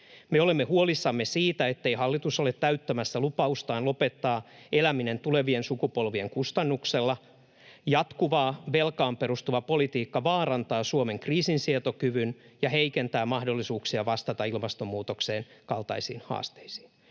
Me olemme huolissamme siitä, ettei hallitus ole täyttämässä lupaustaan lopettaa elämistä tulevien sukupolvien kustannuksella. Jatkuvaan velkaan perustuva politiikka vaarantaa Suomen kriisinsietokyvyn ja heikentää mahdollisuuksia vastata ilmastonmuutoksen kaltaisiin haasteisiin.